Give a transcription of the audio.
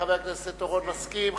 חבר הכנסת אורון, מסכים.